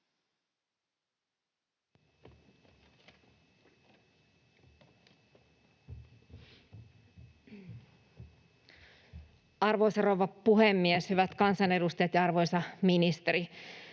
Arvoisa rouva puhemies, hyvät kansanedustajat ja arvoisa ministeri!